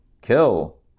kill